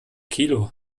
kilo